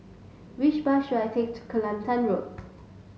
which bus should I take to Kelantan Road